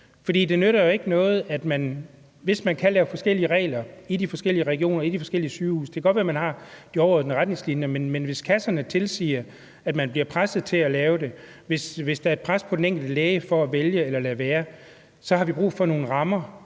det nytter jo ikke noget, hvis man kan lave forskellige regler i de forskellige regioner, på de forskellige sygehuse. Det kan godt være, at man har de overordnede retningslinjer, men hvis kasserne tilsiger, at man bliver presset til at lave det, altså, hvis der er et pres på den enkelte læge for at vælge det eller lade være, så har vi brug for nogle rammer,